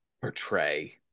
portray